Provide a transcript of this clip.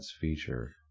feature